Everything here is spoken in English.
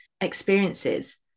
experiences